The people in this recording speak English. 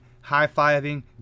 high-fiving